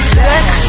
sex